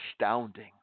astounding